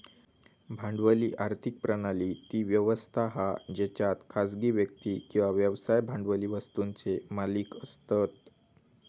भांडवली आर्थिक प्रणाली ती व्यवस्था हा जेच्यात खासगी व्यक्ती किंवा व्यवसाय भांडवली वस्तुंचे मालिक असतत